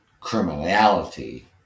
Criminality